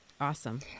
Awesome